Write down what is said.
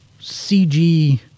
CG